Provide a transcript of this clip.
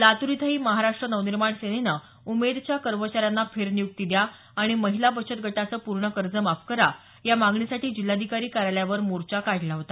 लातूर इथंही महाराष्ट्र नवनिर्माण सेनेनं उमेदच्या कर्मचाऱ्यांना फेरनियुक्ती द्या आणि महिला बचत गटाचे पूर्ण कर्ज माफ करा या मागणीसाठी जिल्हाधिकारी कार्यालयावर मोर्चा काढला होता